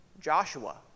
Joshua